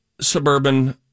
suburban